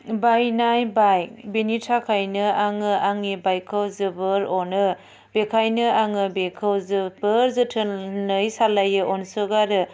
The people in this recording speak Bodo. बायनाय बाइक बेनि थाखायनो आङो आंनि बाइकखौ जोबोर अनो बेखायनो आङो बेखौ जोबोर जोथोनै सालायो अनसोगारो